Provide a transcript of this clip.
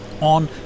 on